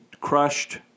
crushed